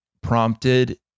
prompted